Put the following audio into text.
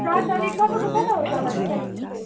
चार तारिक तपाईँको कता हो जग्गा चाहिँ कालिम्पोङ चाहिँ